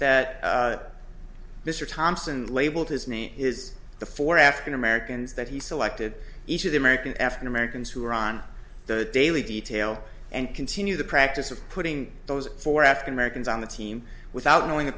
that mr thompson labeled his name his the for african americans that he selected each of the american f americans who were on the daily detail and continue the practice of putting those four african americans on the team without knowing the